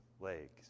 legs